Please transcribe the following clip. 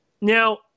Now